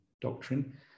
doctrine